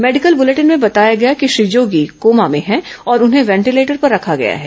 medical bulletin में बताया गया है कि श्री जोगी कोमा में है और उन्हें वेंटीलेटर पर रखा गया है